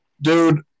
dude